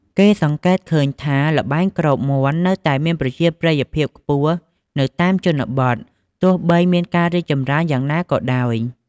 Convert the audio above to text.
គេសង្កេតឃើញថា ល្បែងគ្របមាន់នៅតែមានប្រជាប្រិយភាពខ្ពស់នៅតាមជនបទ ទោះបីមានការរីកចម្រើនយ៉ាងណាក៏ដោយ។